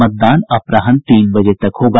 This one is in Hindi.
मतदान अपराहन तीन बजे तक होगा